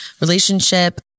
relationship